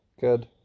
Good